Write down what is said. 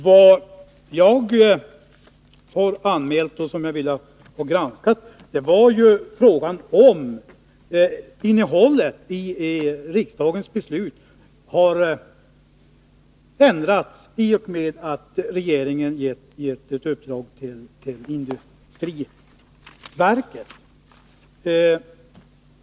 Det jag har anmält till konstitutionsutskottet att jag vill ha granskat är frågan om huruvida innehållet i riksdagens beslut har ändrats i och med att regeringen gett ett uppdrag till industriverket.